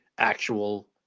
actual